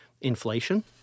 inflation